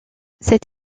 cet